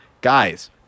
Guys